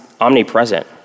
omnipresent